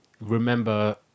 remember